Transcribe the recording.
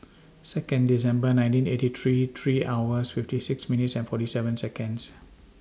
Second December nineteen eighty three three hours fifty six minutes and forty seven Seconds